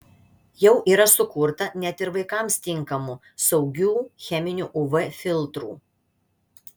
jau yra sukurta net ir vaikams tinkamų saugių cheminių uv filtrų